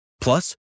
Plus